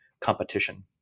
competition